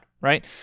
right